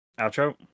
outro